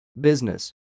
business